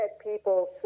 people